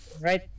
right